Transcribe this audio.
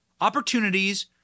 opportunities